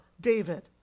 David